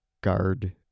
guard